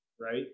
right